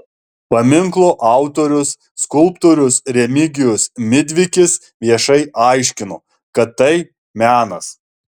paminklo autorius skulptorius remigijus midvikis viešai aiškino kad tai menas